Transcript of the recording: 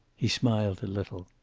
he smiled a little.